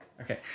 Okay